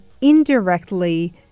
indirectly